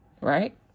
Right